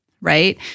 Right